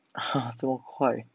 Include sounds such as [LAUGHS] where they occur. [LAUGHS] 这么快